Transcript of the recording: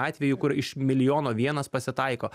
atvejų kur iš milijono vienas pasitaiko